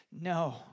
no